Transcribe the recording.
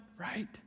Right